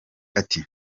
ati